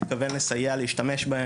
מתכוון לסייע להשתמש בהם,